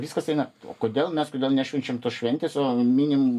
viskas eina kodėl mes kodėl nešvenčiam tos šventės o minim